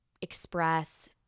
express